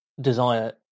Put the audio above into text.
desire